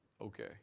okay